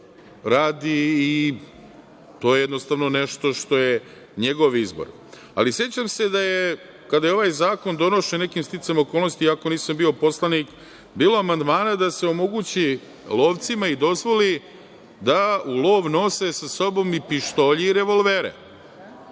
radi i to je jednostavno nešto što je njegov izbor.Sećam se kada je ovaj zakon donošen, nekim sticajem okolnosti, iako nisam bio poslanik, da je bilo amandmana da se omogući lovcima i dozvoli da u lov nose sa sobom i pištolje i revolvere,